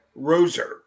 Roser